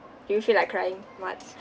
do you feel like crying matz